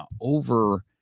over